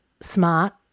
smart